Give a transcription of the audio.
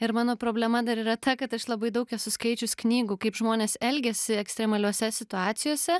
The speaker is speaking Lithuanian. ir mano problema dar yra ta kad aš labai daug esu skaičius knygų kaip žmonės elgiasi ekstremaliose situacijose